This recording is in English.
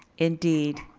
indeed.